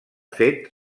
fet